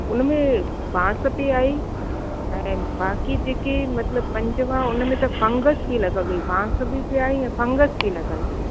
उन में बांस पिए आई ऐं बाक़ी जेके मतिलबु पंज हुवा उन में त फ़ंगस बि लॻल हुई बांस बि पिए आई ऐं फ़ंगस बि लॻल हुई